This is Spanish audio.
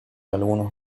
algunos